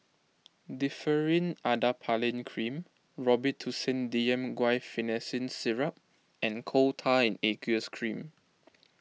Differin Adapalene Cream Robitussin D M Guaiphenesin Syrup and Coal Tar in Aqueous Cream